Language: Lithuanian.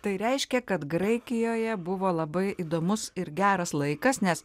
tiek reiškia kad graikijoje buvo labai įdomus ir geras laikas nes